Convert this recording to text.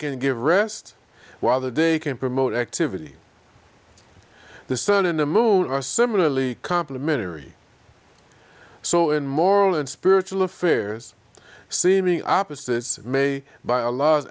give rest while the day can promote activity the sun and the moon are similarly complimentary so in moral and spiritual affairs seeming opposites may by a l